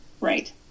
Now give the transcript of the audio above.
Right